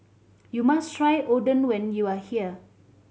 you must try Oden when you are here